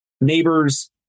neighbors